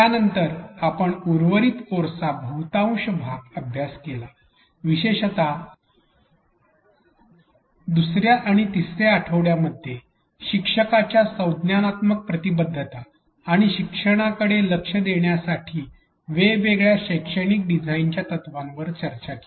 त्यानंतर आपण उर्वरित कोर्सचा बहुतांश भाग अभ्यास केला विशेषत 2 आणि 3 आठवड्यामध्ये शिक्षकाच्या संज्ञानात्मक प्रतिबद्धता आणि शिक्षणाकडे लक्ष देण्यासाठी वेगवेगळ्या शैक्षणिक डिझाइनच्या तत्त्वांवर चर्चा केली